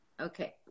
Okay